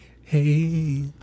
Hey